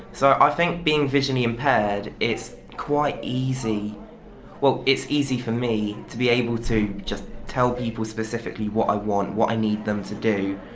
so i think being visually impaired it's quite easy well it's easy for me to be able to just tell people specifically what i want, what i need them to do.